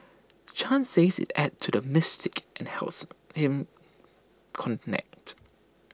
chan says IT adds to the mystique and helps him connect